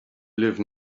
live